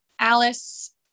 Alice